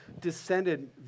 descended